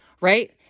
Right